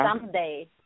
someday